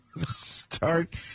start